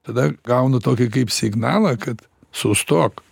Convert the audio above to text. tada gaunu tokį kaip signalą kad sustok